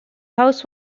house